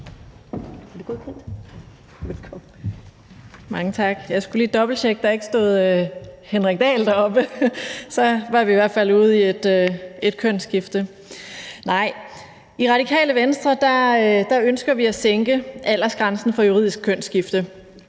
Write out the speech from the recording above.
Mange tak. Jeg skulle lidt dobbelttjekke, at der ikke stod Henrik Dahl deroppe; så var vi i hvert fald ude i et kønsskifte. I Radikale Venstre ønsker vi at sænke aldersgrænsen for juridisk kønsskifte.